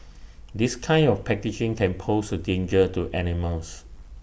this kind of packaging can pose A danger to animals